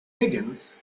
higgins